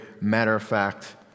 matter-of-fact